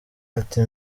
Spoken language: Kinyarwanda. ati